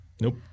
Nope